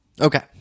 Okay